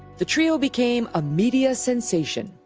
the trio became a media sensation.